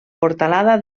portalada